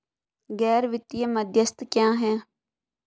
गैर वित्तीय मध्यस्थ क्या हैं?